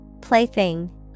Plaything